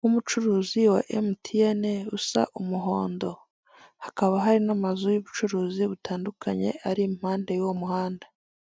w'umucuruzi wa emutiyene usa umuhondo. Hakaba hari n'amazu y'ubucuruzi butandukanye ari imbere y'uwo muhanda.